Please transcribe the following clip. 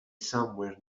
somewhere